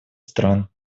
стран